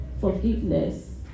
forgiveness